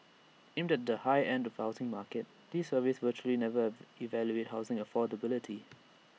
aimed at the high end of the housing market these surveys virtually never evaluate housing affordability